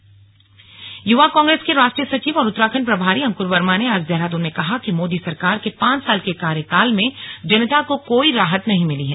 युवा कांग्रेस सचिव युवा कांग्रेस के राष्ट्रीय सचिव और उत्तराखण्ड प्रभारी अंक्र वर्मा ने आज देहराद्न में कहा कि मोदी सरकार के पांच साल के कार्यकाल में जनता को कोई राहत नहीं मिली है